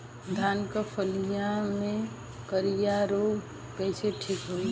धान क फसलिया मे करईया रोग कईसे ठीक होई?